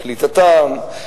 קליטתם,